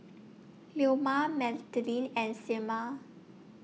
Leoma Madilyn and Selmer